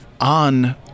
on